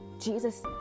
Jesus